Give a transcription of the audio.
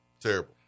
Terrible